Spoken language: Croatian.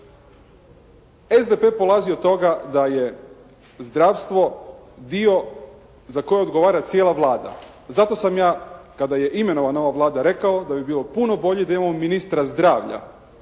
SDP polazi od toga da je zdravstvo dio za koji odgovara cijela Vlada. Zato sam ja kada je imenovana ova Vlada rekao da bi bilo puno bolje da imamo ministra zdravlja.